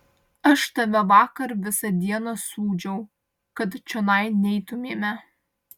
aš tave vakar visą dieną sūdžiau kad čionai neitumėme